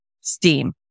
steam